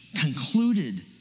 concluded